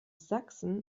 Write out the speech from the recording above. sachsen